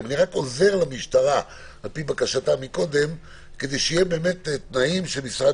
אני רק עוזר למשטרה על פי בקשתם מקודם כדי שיהיו תנאים של משרד